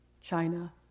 China